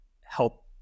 help